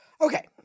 Okay